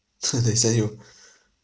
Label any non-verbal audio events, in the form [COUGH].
[LAUGHS] !huh! they send you [BREATH]